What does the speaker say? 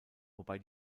wobei